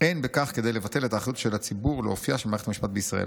אין בכך כדי לבטל את האחריות של הציבור לאופייה של מערכת המשפט בישראל.